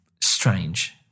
strange